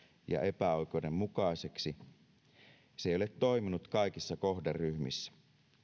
ja epäoikeudenmukaiseksi se ei ole toiminut kaikissa kohderyhmissä